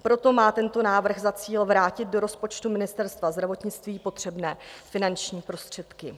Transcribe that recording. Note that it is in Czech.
Proto má tento návrh za cíl vrátit do rozpočtu Ministerstva zdravotnictví potřebné finanční prostředky.